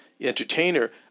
entertainer